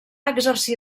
exercir